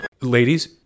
Ladies